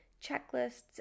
checklists